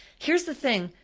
here's the thing,